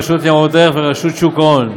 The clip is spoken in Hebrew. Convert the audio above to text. רשות ניירות ערך ורשות שוק ההון.